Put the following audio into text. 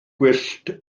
gwyllt